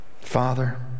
Father